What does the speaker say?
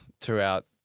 throughout